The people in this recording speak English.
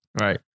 Right